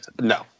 No